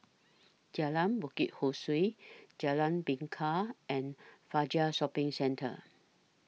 Jalan Bukit Ho Swee Jalan Bingka and Fajar Shopping Centre